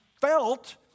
felt